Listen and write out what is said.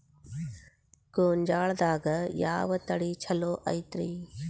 ಗೊಂಜಾಳದಾಗ ಯಾವ ತಳಿ ಛಲೋ ಐತ್ರಿ?